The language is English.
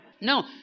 no